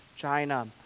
China